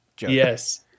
Yes